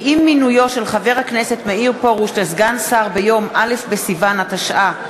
ועם מינויו של חבר הכנסת מאיר פרוש לסגן שר ביום א' בסיוון התשע"ה,